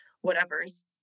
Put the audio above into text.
whatever's